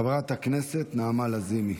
חברת הכנסת נעמה לזימי.